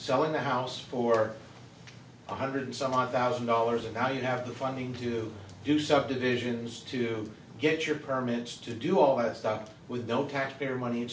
selling the house for one hundred some odd thousand dollars and now you have the funding to do subdivisions to get your permits to do all that stuff with no taxpayer money